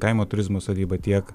kaimo turizmo sodyba tiek